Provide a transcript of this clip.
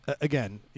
again